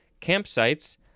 campsites